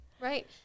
Right